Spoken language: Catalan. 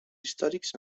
històrics